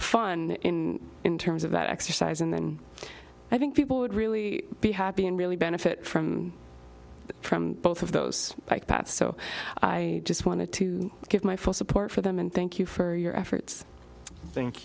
fun in terms of that exercise and then i think people would really be happy and really benefit from from both of those bike paths so i just wanted to give my full support for them and thank you for your efforts thank